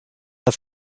das